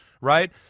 right